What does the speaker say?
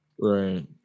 Right